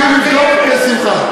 ידידי, נבדוק בשמחה.